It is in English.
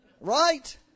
Right